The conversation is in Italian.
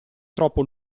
troppo